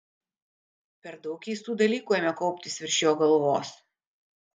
per daug keistų dalykų ėmė kauptis virš jo galvos